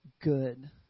good